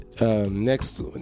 next